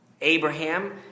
Abraham